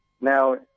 Now